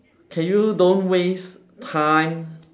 can you don't waste time